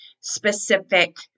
specific